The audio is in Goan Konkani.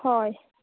हय